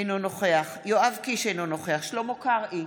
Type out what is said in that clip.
אינו נוכח יואב קיש, אינו נוכח שלמה קרעי,